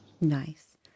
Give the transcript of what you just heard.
Nice